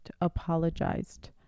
apologized